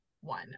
one